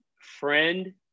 friend